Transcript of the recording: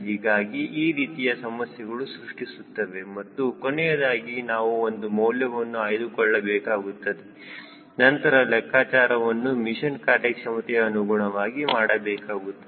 ಹೀಗಾಗಿ ಈ ರೀತಿಯ ಸಮಸ್ಯೆಗಳು ಸೃಷ್ಟಿಸುತ್ತವೆ ಮತ್ತು ಕೊನೆಯದಾಗಿ ನಾವು ಒಂದು ಮೌಲ್ಯವನ್ನು ಆಯ್ದುಕೊಳ್ಳಬೇಕಾಗುತ್ತದೆ ನಂತರ ಲೆಕ್ಕಾಚಾರವನ್ನು ಮಿಷನ್ ಕಾರ್ಯಕ್ಷಮತೆಯ ಅನುಗುಣವಾಗಿ ಮಾಡಬೇಕಾಗುತ್ತದೆ